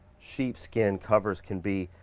sheep skin covers can be.